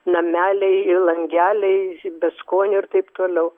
nameliai ir langeliai beskonio ir taip toliau